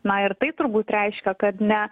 na ir tai turbūt reiškia kad ne